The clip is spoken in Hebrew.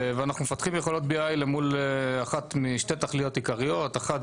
ואנחנו מפתחים יכולות BI למול אחת משתי תכליות עיקריות: אחת,